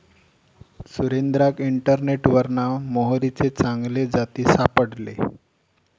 सुरेंद्राक इंटरनेटवरना मोहरीचे चांगले जाती सापडले